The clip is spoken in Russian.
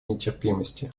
нетерпимости